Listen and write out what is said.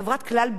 עוצמתית,